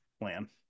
plan